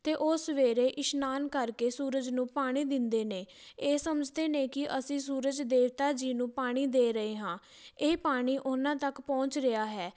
ਅਤੇ ਉਹ ਸਵੇਰੇ ਇਸ਼ਨਾਨ ਕਰਕੇ ਸੂਰਜ ਨੂੰ ਪਾਣੀ ਦਿੰਦੇ ਨੇ ਇਹ ਸਮਝਦੇ ਨੇ ਕਿ ਅਸੀਂ ਸੂਰਜ ਦੇਵਤਾ ਜੀ ਨੂੰ ਪਾਣੀ ਦੇ ਰਹੇ ਹਾਂ ਇਹ ਪਾਣੀ ਉਹਨਾਂ ਤੱਕ ਪਹੁੰਚ ਰਿਹਾ ਹੈ